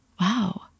wow